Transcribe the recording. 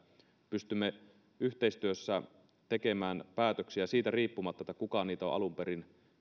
pystymme yhteistyössä tekemään päätöksiä siitä riippumatta kuka niitä on alun perin